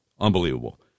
Unbelievable